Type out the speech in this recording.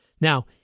Now